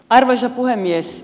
arvoisa puhemies